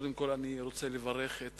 קודם כול אני רוצה לברך את